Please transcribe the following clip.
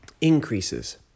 increases